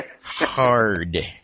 Hard